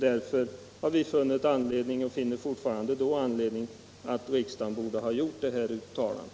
Därför har vi funnit — och finner fortfarande — att riksdagen borde ha gjort detta uttalande.